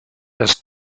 dass